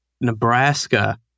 Nebraska